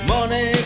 Money